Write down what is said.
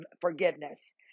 forgiveness